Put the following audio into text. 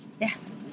Yes